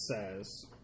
says